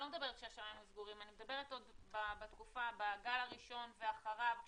לא מדברת שהשמיים היו סגורים אלא עוד בגל הראשון ואחריו,